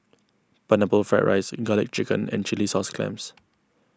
Pineapple Fried Rice Garlic Chicken and Chilli Sauce Clams